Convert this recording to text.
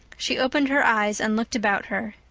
she opened her eyes and looked about her.